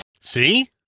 See